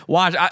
Watch